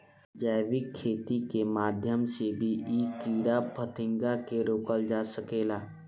जैविक खेती के माध्यम से भी इ कीड़ा फतिंगा के रोकल जा सकेला